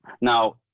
Now